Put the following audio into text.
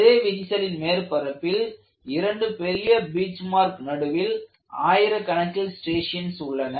அதே விரிசலின் மேற்பரப்பில் இரண்டு பெரிய பீச்மார்க் நடுவில் ஆயிரக்கணக்கில் ஸ்ட்ரியேஷன்ஸ் உள்ளன